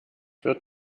wird